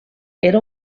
era